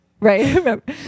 Right